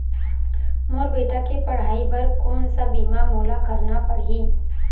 मोर बेटा के पढ़ई बर कोन सा बीमा मोला करना पढ़ही?